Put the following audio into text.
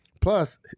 plus